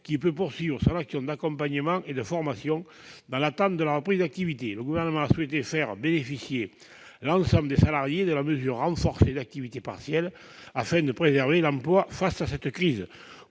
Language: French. qui peut poursuivre son action d'accompagnement et de formation dans l'attente de la reprise d'activité. Le Gouvernement a souhaité faire bénéficier l'ensemble des salariés de la mesure renforcée d'activité partielle afin de préserver l'emploi face à cette crise.